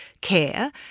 care